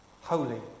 holy